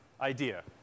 idea